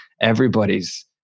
everybody's